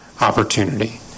opportunity